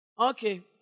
Okay